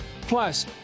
Plus